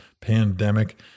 pandemic